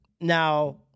Now